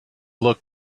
look